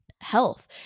health